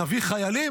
נביא חיילים?